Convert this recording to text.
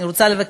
אני רוצה לבקש,